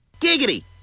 Giggity